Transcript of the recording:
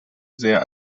sehr